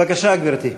בבקשה, גברתי.